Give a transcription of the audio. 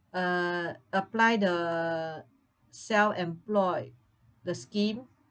uh apply the self-employed the scheme